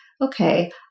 okay